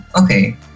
okay